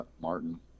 Martin